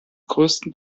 größten